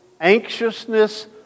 anxiousness